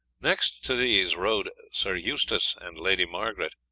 next to these rode sir eustace and lady margaret,